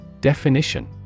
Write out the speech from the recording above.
Definition